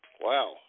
Wow